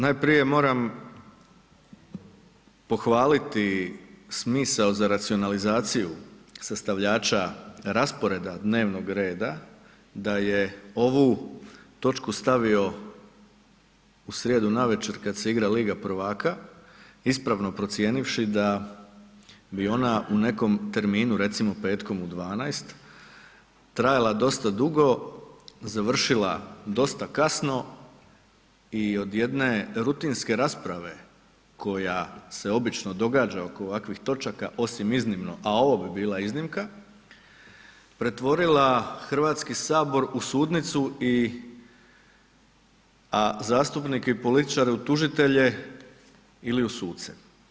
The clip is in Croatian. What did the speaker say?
Najprije moram pohvaliti smisao za racionalizaciju sastavljača rasporeda dnevnog reda da je ovu točku stavio u srijedu navečer kad se igra Liga prvaka, ispravno procijenivši da bi ona u nekom terminu, recimo petkom u 12 trajala dosta dugo, završila dosta krasno i od jedne rutinske rasprave koja se obično događa oko ovakvih točaka, osim iznimno a ovo bi bila iznimka, pretvorila Hrvatski sabor u sudnicu a zastupnike i političare u tužitelje ili u suce.